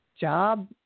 job